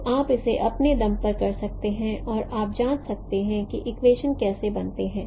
तो आप इसे अपने दम पर कर सकते हैं और आप जांच सकते हैं कि इक्वेशन कैसे बनते हैं